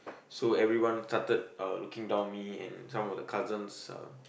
so everyone started uh looking down on me and some of the cousins uh